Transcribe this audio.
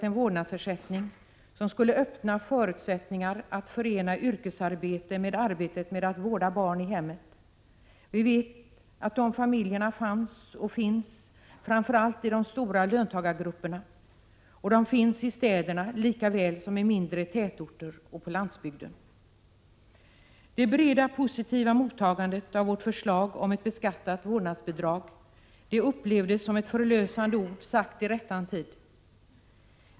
En vårdnadsersättning som skulle öppna förutsättningar att förena yrkesarbete och arbetet med att vårda barn i hemmet har länge efterfrågats. Vi vet att familjer med såna behov fanns, och finns, framför allt i de stora löntagargrupperna. De finns i städerna likaväl som i mindre tätorter och på landsbygden. Det breda positiva mottagandet av vårt förslag om ett beskattat vårdnadsbidrag upplevdes som förlösande ord i rättan tid.